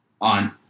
on